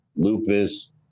lupus